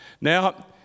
Now